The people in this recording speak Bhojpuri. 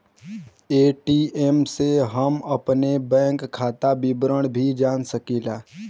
ए.टी.एम से हम अपने बैंक खाता विवरण भी जान सकीला